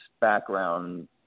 background